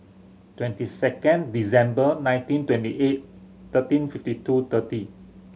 twenty second December nineteen twenty eight thirteen fifty two thirty